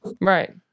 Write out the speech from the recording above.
right